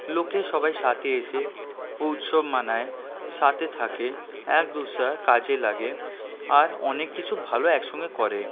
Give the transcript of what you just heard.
লোকে সবাই সাথে এসে উৎসব মানায় সাথে থাকে এক দুসরার কাজে লাগে আর অনেক কিছু ভালো একসঙ্গে করে